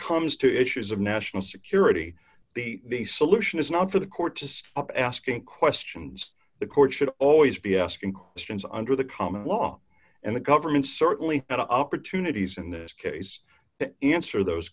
comes to issues of national security the solution is not for the court to stop asking questions the court should always be asking questions under the common law and the government certainly at opportunities in this case answer those